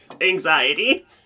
anxiety